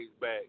back